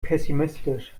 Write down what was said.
pessimistisch